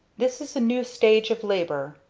this is a new stage of labor,